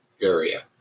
area